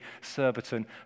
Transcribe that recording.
Surbiton